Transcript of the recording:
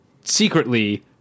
secretly